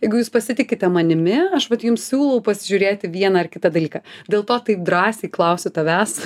jeigu jūs pasitikite manimi aš vat jums siūlau pasižiūrėti vieną ar kitą dalyką dėl to taip drąsiai klausiu tavęs